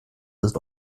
ist